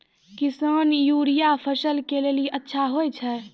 किसान यूरिया फसल के लेली अच्छा होय छै?